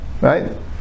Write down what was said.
Right